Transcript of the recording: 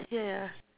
yeah yeah